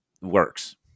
works